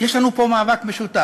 יש לנו פה מאבק משותף,